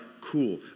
cool